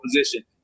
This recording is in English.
position